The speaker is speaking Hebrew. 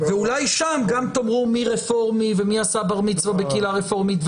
ואולי שם גם תאמרו מי רפורמי ומי עשה בר מצווה בקהילה רפורמית,